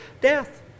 death